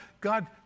God